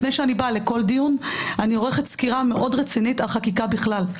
לפני שאני באה לכל דיון אני עורכת סקירה מאוד רצינית על חקיקה בכלל.